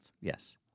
Yes